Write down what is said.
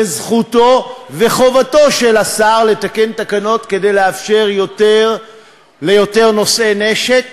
וזכותו וחובתו של השר לתקן תקנות כדי לאפשר ליותר נושאי נשק